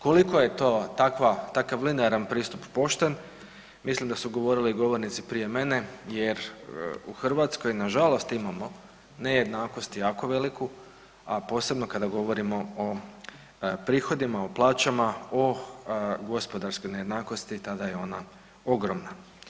Koliko je to, takav linearan pristup pošten mislim da su govorili govornici prije mene jer u Hrvatskoj nažalost imamo nejednakost jako veliku, a posebno kada govorimo o prihodima, o plaćama o gospodarskoj nejednakosti tada je ona ogromna.